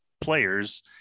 players